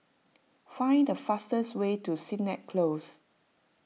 find the fastest way to Sennett Close